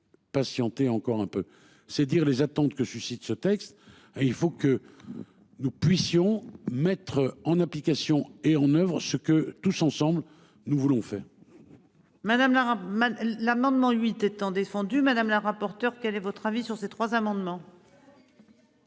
patienter encore un peu. C'est dire les attentes que suscite ce texte il faut que. Nous puissions mettre en application et en Oeuvres ce que tous ensemble nous voulons faire. Madame la rame. L'amendement huit étant défendu madame la rapporteure. Quel est votre avis sur ces trois amendements.